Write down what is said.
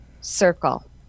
circle